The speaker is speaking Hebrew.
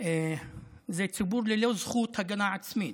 זה ציבור ללא זכות הגנה עצמית.